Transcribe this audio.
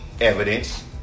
Evidence